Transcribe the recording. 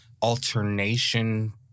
alternation